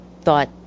thought